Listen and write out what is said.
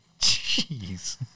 jeez